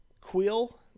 Quill